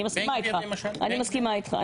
אני מסכימה איתך.